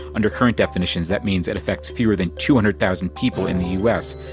under current definitions, that means it affects fewer than two hundred thousand people in the u s,